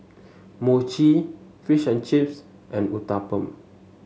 Mochi Fish and Chips and Uthapam